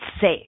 safe